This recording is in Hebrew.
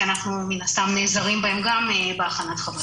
אנחנו מן הסתם נעזרים בהם גם בהכנת חוות הדעת.